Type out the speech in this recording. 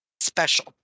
Special